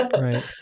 Right